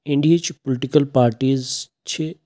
اِنٛڈیِچہِ political parties چھِ